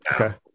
Okay